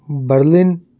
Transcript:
Berlin